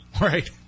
Right